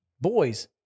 boys